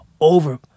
over